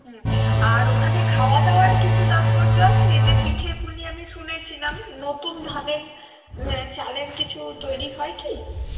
হ্যাঁ আর ওখানে খাওয়াদাওয়ার কিছু তাৎপর্য আছে এই যে পিঠেপুলি আমি শুনেছিলাম নতুন ধানের চালের কিছু তৈরি হয় কি